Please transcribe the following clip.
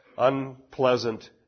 Unpleasant